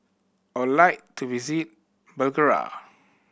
I would like to visit Bulgaria